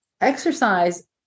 exercise